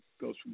goes